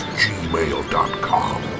gmail.com